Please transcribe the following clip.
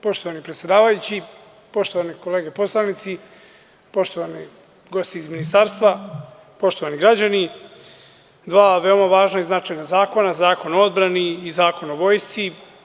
Poštovani predsedavajući, poštovane kolege poslanici, poštovani gosti iz Ministarstva, poštovani građani, na današnjem dnevnom redu imamo dva veoma važna i značajna zakona, Zakon o odbrani i Zakon o Vojsci.